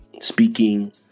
speaking